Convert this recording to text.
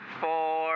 four